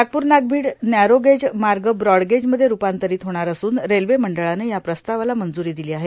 Nagpur Nagbhid narrow gauge मार्ग ब्रॉडगेजमध्ये रूपांतरीत होणार असून रेल्वे मंडळानं या प्रस्तावाला मंजूरी दिली आहे